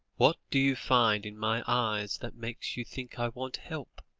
what do you find in my eyes that makes you think i want help?